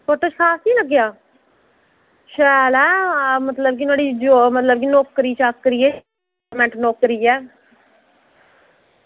ते फोटो साफ निं लग्गेआ शैल ऐ मतलब की नुहाड़ी नौकरी चाकरी ऐ गौरमेंट नौकरी ऐ